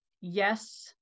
Yes